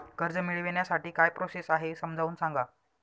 कर्ज मिळविण्यासाठी काय प्रोसेस आहे समजावून सांगा